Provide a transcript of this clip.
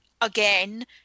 again